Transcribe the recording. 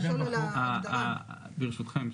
ברשותכם,